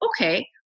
Okay